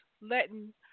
letting